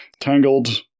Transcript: tangled